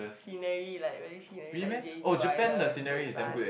scenery like very scenery like jeju Island busan